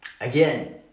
Again